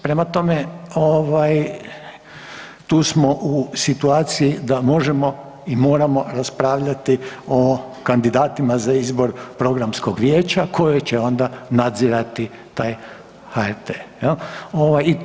Prema tome, ovaj tu smo u situaciji da možemo i moramo raspravljati o kandidatima za izbor programskog vijeća koje će onda nadzirati taj HRT jel.